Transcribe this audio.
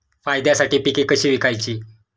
फायद्यासाठी पिके कशी विकायची?